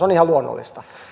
on ihan luonnollista